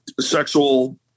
sexual